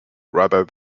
rather